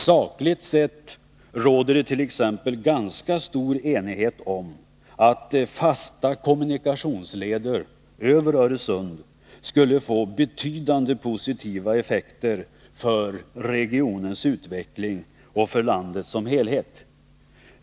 Sakligt sett råder det t.ex. ganska stor enighet om att fasta kommunikationsleder över Öresund skulle få betydande positiva effekter för regionens utveckling och för landet som helhet.